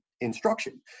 instruction